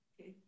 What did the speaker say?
Okay